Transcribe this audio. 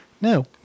No